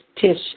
Tish